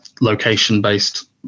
location-based